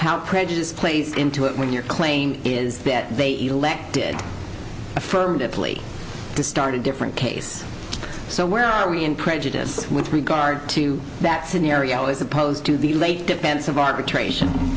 how prejudice plays into it when your claim is that they elected affirmatively to start a different case so where are we in prejudice with regard to that scenario as opposed to the late defense of arbitration